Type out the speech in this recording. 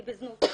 היא בזנות.